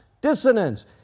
dissonance